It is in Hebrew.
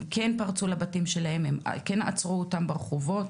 הם כן פרצו לבתים שלהם, הם כן עצרו אותם ברחובות,